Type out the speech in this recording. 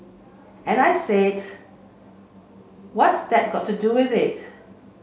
and I said what's that got to do with it